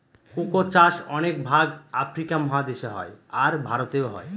cocoa চাষ অনেক ভাগ আফ্রিকা মহাদেশে হয়, আর ভারতেও হয়